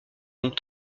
donc